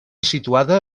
situada